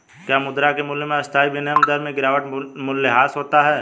क्या मुद्रा के मूल्य में अस्थायी विनिमय दर में गिरावट मूल्यह्रास होता है?